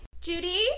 Judy